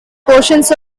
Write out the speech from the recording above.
portions